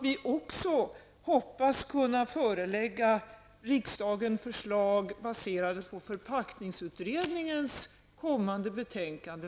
Vi hoppas kunna förelägga nästa riksdag förslag baserade på förpackningsutredningens kommande betänkande.